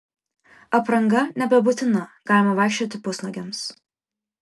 apranga nebebūtina galima vaikščioti pusnuogiams